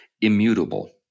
immutable